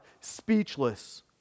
speechless